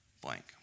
blank